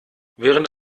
während